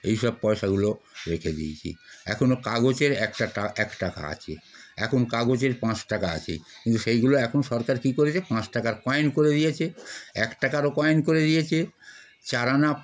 এই সব পয়সাগুলো রেখে দিয়েছি এখনও কাগজের একটা টা এক টাকা আছে এখন কাগজের পাঁচ টাকা আছে কিন্তু সেগুলো এখন সরকার কী করেছে পাঁচ টাকার কয়েন করে দিয়েছে এক টাকারও কয়েন করে দিয়েছে চার আনা